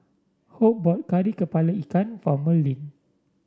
Hope bought Kari kepala Ikan for Merlyn